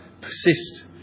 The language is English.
persist